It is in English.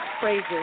praises